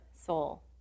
soul